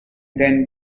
then